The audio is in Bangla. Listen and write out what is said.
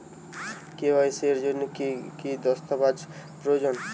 কে.ওয়াই.সি এর জন্যে কি কি দস্তাবেজ প্রয়োজন?